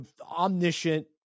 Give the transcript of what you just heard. omniscient